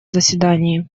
заседании